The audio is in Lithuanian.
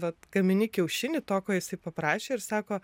vat gamini kiaušinį to ko jisai paprašė ir sako